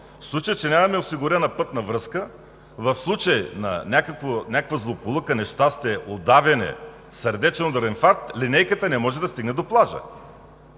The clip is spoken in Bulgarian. в случай, че нямаме осигурена пътна връзка, в случай на някаква злополука, нещастие – удавяне, сърдечен удар, инфаркт, линейката не може да стигне до плажа.